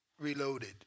reloaded